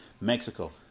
Mexico